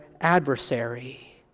adversary